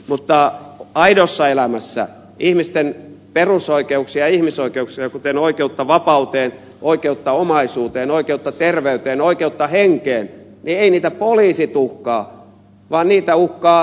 mutta aidossa elämässä ihmisten perusoikeuksia ja ihmisoikeuksia kuten oikeutta vapauteen oikeutta omaisuuteen oikeutta terveyteen oikeutta henkeen eivät poliisit uhkaa vaan niitä uhkaavat rikolliset